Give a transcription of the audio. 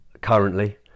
currently